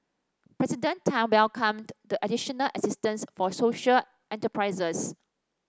President Tan welcomed the additional assistance for social enterprises